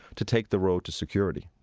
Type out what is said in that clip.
to take the road to security.